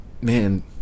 man